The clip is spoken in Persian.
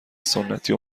سنتی